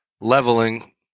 leveling